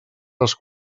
les